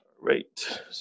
Right